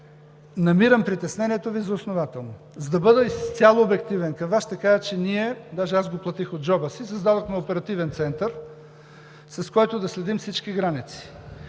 Намирам притеснението Ви за основателно. За да бъда изцяло обективен към Вас, ще кажа, че даже го платих от джоба си, че създадохме Оперативен център, с който да следим всички граници.